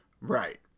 Right